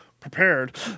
prepared